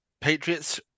Patriots